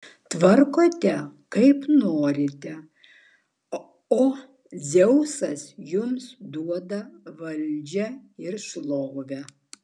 tvarkote kaip norite o dzeusas jums duoda valdžią ir šlovę